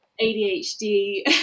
adhd